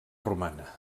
romana